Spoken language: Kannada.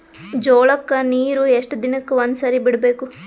ಜೋಳ ಕ್ಕನೀರು ಎಷ್ಟ್ ದಿನಕ್ಕ ಒಂದ್ಸರಿ ಬಿಡಬೇಕು?